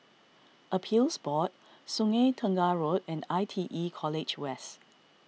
Appeals Board Sungei Tengah Road and I T E College West